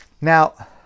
Now